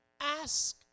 ask